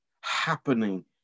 happening